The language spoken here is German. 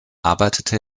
arbeitete